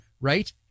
right